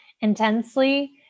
intensely